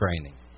training